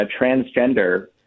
transgender